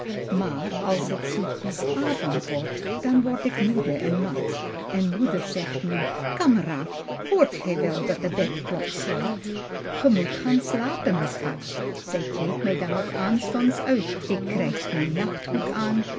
maar als het zoetjes avond wordt dan word ik moede en mat en moeder zegt nu kameraad hoort gij wel dat de bedklok slaat ge moet gaan slapen schat pieter louwerse alles zingt zij kleedt mij dan ook aanstonds uit ik krijg mijn nachtgoed aan